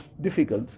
difficult